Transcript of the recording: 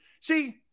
See